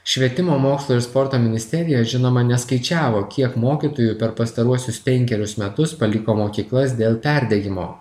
švietimo mokslo ir sporto ministerija žinoma neskaičiavo kiek mokytojų per pastaruosius penkerius metus paliko mokyklas dėl perdegimo